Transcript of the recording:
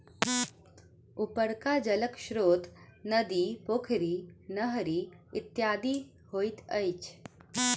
उपरका जलक स्रोत नदी, पोखरि, नहरि इत्यादि होइत अछि